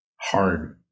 hard